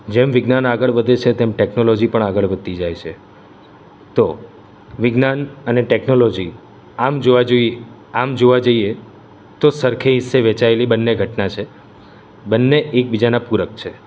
જેમ વિજ્ઞાન આગળ વધે છે તેમ ટેક્નોલોજી પણ આગળ વધતી જાય છે તો વિજ્ઞાન અને ટેક્નોલોજી આમ જોવા જઈ આમ જોવા જઈએ તો સરખે હિસ્સે વહેંચાયેલી બંને ઘટના છે બંને એકબીજાના પૂરક છે